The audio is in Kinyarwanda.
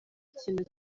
kintu